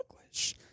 English